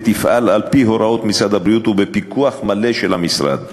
ותפעל על-פי הוראות משרד הבריאות ובפיקוח מלא של המשרד.